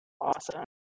Awesome